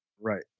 Right